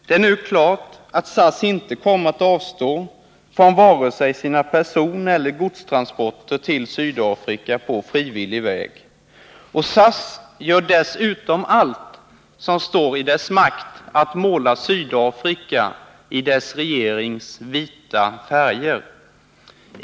Det är nu klart att SAS på frivillig väg inte kommer att avstå från vare sig sina personeller sina godstransporter till Sydafrika. SAS gör dessutom allt som står i dess makt för att måla Sydafrika i dess regerings vita färger.